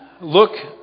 look